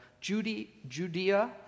Judea